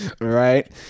right